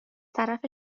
طرف